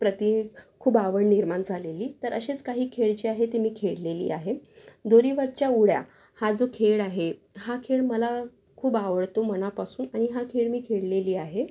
प्रती खूप आवड निर्माण झालेली तर असेच काही खेळ जे आहे ते मी खेळलेली आहे दोरीवरच्या उड्या हा जो खेळ आहे हा खेळ मला खूप आवडतो मनापासून आणि हा खेळ मी खेळलेली आहे